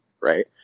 right